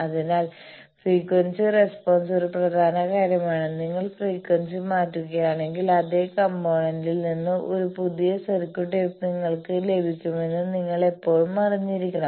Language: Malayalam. അതിനാൽ ഫ്രീക്വൻസി റെസ്പോൺസ് ഒരു പ്രധാന കാര്യമാണ് നിങ്ങൾ ഫ്രീക്വൻസി മാറ്റുകയാണെങ്കിൽ അതേ കമ്പോണേന്റിൽ നിന്ന് ഒരു പുതിയ സർക്യൂട്ട് നിങ്ങൾക്ക് ലഭിക്കുമെന്ന് നിങ്ങൾ എപ്പോഴും അറിഞ്ഞിരിക്കണം